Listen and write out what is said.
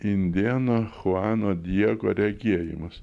indėno chuano diego regėjimus